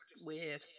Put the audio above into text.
weird